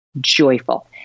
joyful